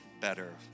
better